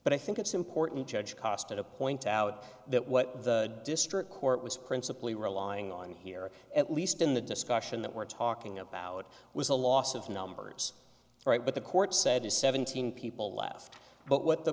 but i think it's important judge costed a point out that what the district court was principally relying on here at least in the discussion that we're talking about was the loss of numbers right but the court said is seventeen people left but what the